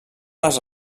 les